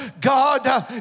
God